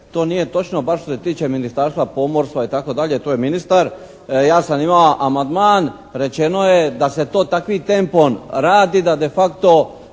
To nije točno bar što se tiče Ministarstva pomorstva itd., to je ministar. Ja sam imao amandman, rečeno je da se to takvim tempom radi da de facto